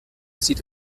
zieht